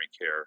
care